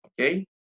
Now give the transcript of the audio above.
okay